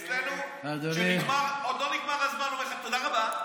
אצלנו, עוד לא נגמר הזמן, אומר: תודה רבה,